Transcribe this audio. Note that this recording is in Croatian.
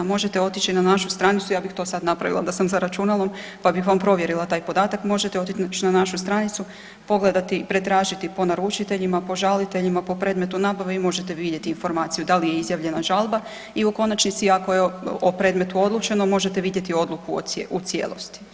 Možete otići na našu stranicu, ja bih to sad napravila da sam za računalom pa bih vam provjerila taj podatak, možete otići na našu stranicu pogledati, pretražiti po naručiteljima, po žaliteljima, po predmetu nabave i možete vidjeti informaciju da li je izjavljena žalba i u konačnici ako je o predmetu odlučeno možete vidjeti odluku u cijelosti.